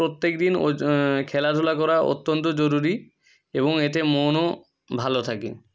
প্রত্যেক দিন খেলাধুলা করা অত্যন্ত জরুরি এবং এতে মনও ভালো থাকে